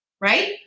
right